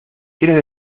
quieres